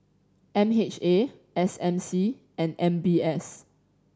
M H A S M C and M B S